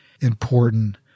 important